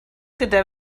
gyda